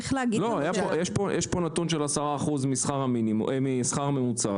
יש פה נתון של 10% מהשכר הממוצע,